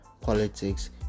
politics